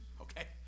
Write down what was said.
Okay